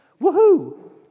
Woohoo